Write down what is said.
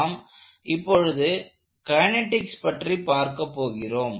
நாம் இப்பொழுது கைனெடிக்ஸ் பற்றி பார்க்க போகிறோம்